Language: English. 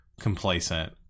complacent